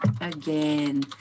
again